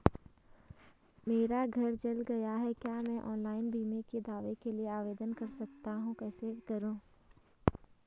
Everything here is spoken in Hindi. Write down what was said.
मेरा घर जल गया है क्या मैं ऑनलाइन बीमे के दावे के लिए आवेदन कर सकता हूँ कैसे करूँ?